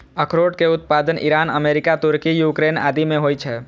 अखरोट के उत्पादन ईरान, अमेरिका, तुर्की, यूक्रेन आदि मे होइ छै